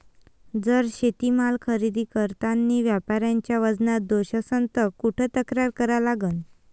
जर शेतीमाल खरेदी करतांनी व्यापाऱ्याच्या वजनात दोष असन त कुठ तक्रार करा लागन?